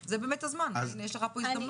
פתרון, זה באמת הזמן, אם יש לך פה הזדמנות.